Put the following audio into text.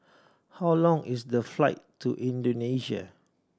how long is the flight to Indonesia